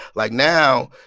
like, now,